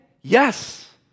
yes